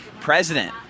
President